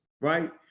right